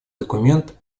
документ